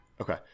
okay